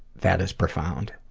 that is profound.